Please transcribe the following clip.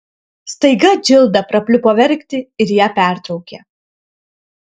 staiga džilda prapliupo verkti ir ją pertraukė